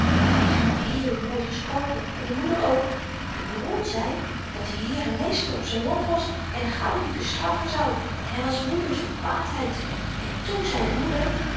en hy heeft toen heel mooi gesproken en de moeder ook maar de baron zei dat-i heer en meester op z'n land was en de gauwdieven straffen zou en hy was woedend van kwaadheid en toen zei de moeder